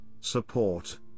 support